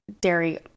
dairy